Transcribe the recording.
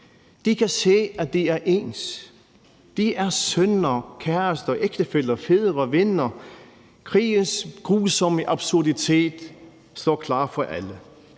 De kan se, at de er ens, de er sønner, kærester, ægtefæller, fædre, venner, krigens grusomme absurditet står klart for alle.